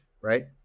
right